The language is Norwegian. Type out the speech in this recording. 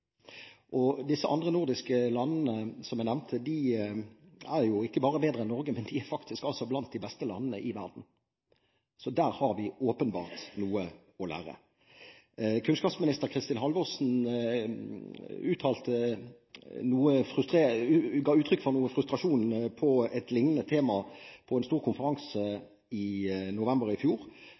Disse andre nordiske landene som jeg nevnte, er ikke bare bedre enn Norge, men de er faktisk blant de beste landene i verden. Så der har vi åpenbart noe å lære. Kunnskapsminister Kristin Halvorsen ga uttrykk for noe frustrasjon om et liknende tema på en stor konferanse i november i fjor.